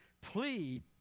Plead